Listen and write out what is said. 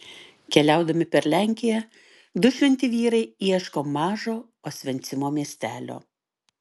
keliaudami per lenkiją du šventi vyrai ieško mažo osvencimo miestelio